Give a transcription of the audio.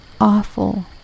awful